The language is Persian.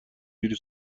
جوری